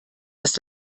das